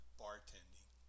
bartending